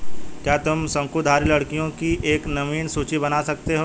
क्या तुम शंकुधारी लकड़ियों की एक नवीन सूची बना सकते हो?